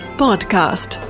podcast